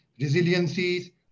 resiliencies